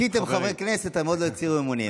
חוקית הם חברי כנסת, הם עוד לא הצהירו אמונים.